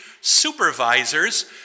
supervisors